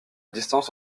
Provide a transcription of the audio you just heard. distance